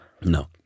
No